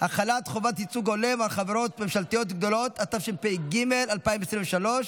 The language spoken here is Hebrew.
(הארכת מעצר לחשוד בעבירת ביטחון), התשפ"ד 2024,